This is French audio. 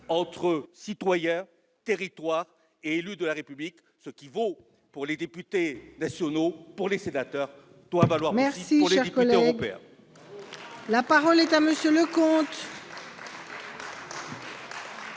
entre citoyens, territoires et élus de la République. Ce qui vaut pour les sénateurs doit valoir aussi pour les députés européens.